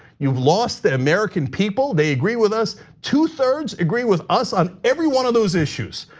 you've lost the american people, they agree with us, two-thirds agree with us on every one of those issues.